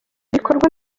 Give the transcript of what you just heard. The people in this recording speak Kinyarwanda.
rikorwa